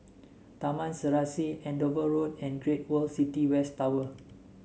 Taman Serasi Andover Road and Great World City West Tower